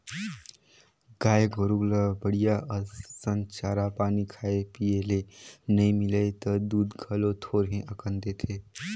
गाय गोरु ल बड़िहा असन चारा पानी खाए पिए ले नइ मिलय त दूद घलो थोरहें अकन देथे